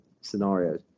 scenarios